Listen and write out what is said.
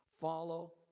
follow